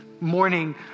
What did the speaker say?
morning